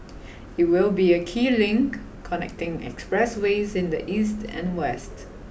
it will be a key link connecting expressways in the east and west